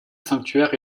sanctuaire